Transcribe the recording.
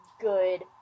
good